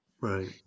Right